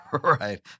right